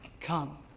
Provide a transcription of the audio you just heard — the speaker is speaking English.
come